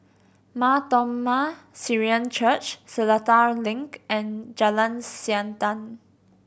Mar Thoma Syrian Church Seletar Link and Jalan Siantan